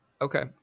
Okay